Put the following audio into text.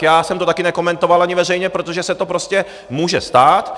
Já jsem to taky ani nekomentoval veřejně, protože se to prostě může stát.